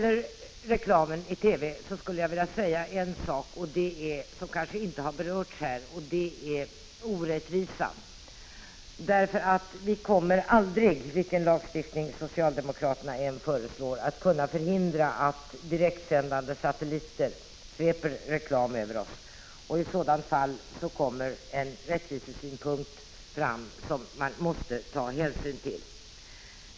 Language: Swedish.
En sak som kanske inte har berörts när det gäller reklamen i TV är den orättvisa som kommer att uppstå. Vilken lagstiftning socialdemokraterna än föreslår kommer vi aldrig att kunna förhindra att direktsändande satelliter sveper reklam över oss. När så blir fallet kommer en rättvisesynpunkt i dagen som vi måste ta hänsyn till.